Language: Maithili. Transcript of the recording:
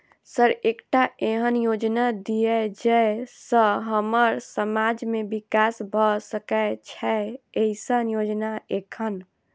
सर एकटा एहन योजना दिय जै सऽ हम्मर समाज मे विकास भऽ सकै छैय एईसन योजना एखन?